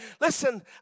Listen